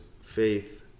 faith